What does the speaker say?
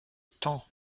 temps